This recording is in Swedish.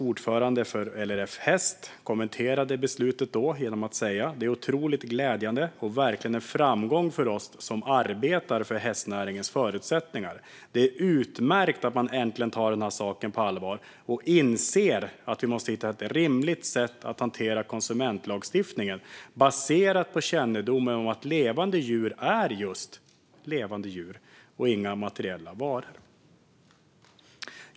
Ordföranden för LRF Häst kommenterade beslutet genom att säga: Det är otroligt glädjande och verkligen en framgång för oss som arbetar för hästnäringens förutsättningar. Det är utmärkt att man äntligen tar den här saken på allvar och inser att vi måste hitta ett rimligt sätt att hantera konsumentlagstiftningen baserat på kännedomen om att levande djur är just levande djur och inga materiella varor.